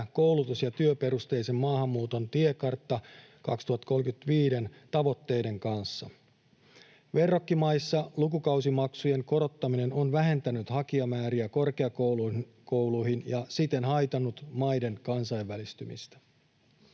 Koulutus- ja työperusteisen maahanmuuton tiekartta 2035 ‑tavoitteiden kanssa. Verrokkimaissa lukukausimaksujen korottaminen on vähentänyt hakijamääriä korkeakouluihin ja siten haitannut maiden kansainvälistymistä.